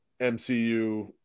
MCU